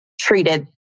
treated